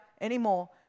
anymore